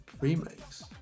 remakes